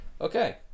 Okay